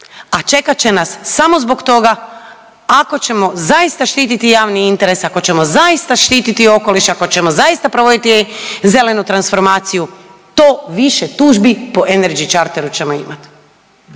a čekat će nas samo zbog toga ako ćemo zaista štititi javni interes, ako ćemo zaista štititi okoliš, ako ćemo zaista provoditi zelenu transformaciju to više tužbi po energy charteru ćemo imati.